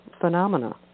phenomena